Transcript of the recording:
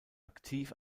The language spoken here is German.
aktiv